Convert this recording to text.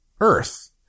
earth